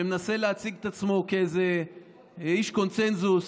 שמנסה להציג את עצמו כאיזה איש קונסנזוס,